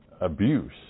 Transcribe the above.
abuse